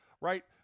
right